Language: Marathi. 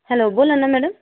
हॅलो बोला ना मॅडम